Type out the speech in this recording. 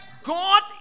God